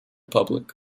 public